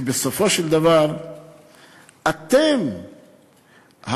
כי בסופו של דבר אתם הצינור,